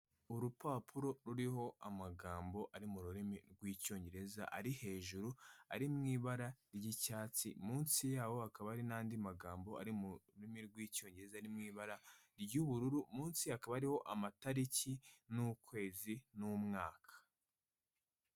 Urupapuro ruriho amagambo ari mu rurimi rw'Icyongereza ari hejuru ari mu ibara ry'icyatsi, munsi y’aho hakaba hari n'andi magambo ari mu rurimi rw'Icyongereza ari mu ibara ry'ubururu, munsi hakaba hariho amatariki n'ukwezi n'umwaka.